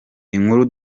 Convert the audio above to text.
inkuru